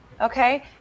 okay